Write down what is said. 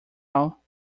all